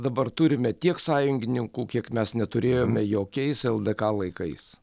dabar turime tiek sąjungininkų kiek mes neturėjome jokiais ldk laikais